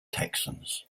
texans